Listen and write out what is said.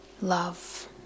love